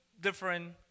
different